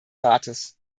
rates